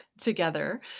together